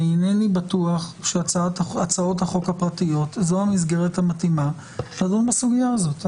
אינני בטוח שהצעות החוק הפרטיות זאת המסגרת המתאימה לדון בסוגיה הזאת.